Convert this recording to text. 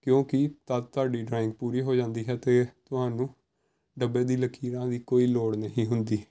ਕਿਉਂਕਿ ਤੱਦ ਤੁਹਾਡੀ ਡਰਾਇੰਗ ਪੂਰੀ ਹੋ ਜਾਂਦੀ ਹੈ ਅਤੇ ਤੁਹਾਨੂੰ ਡੱਬੇ ਦੀ ਲਕੀਰਾਂ ਦੀ ਕੋਈ ਲੋੜ ਨਹੀਂ ਹੁੰਦੀ